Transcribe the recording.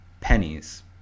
pennies